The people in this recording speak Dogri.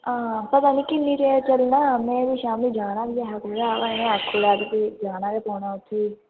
हां पता निं किन्नी देर चलना में शामी जाना बी ऐ हा कुतै अबो इ'नें आक्खे दा ते भी जाना बी पौना उत्थै